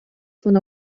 von